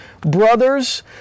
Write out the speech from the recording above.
brothers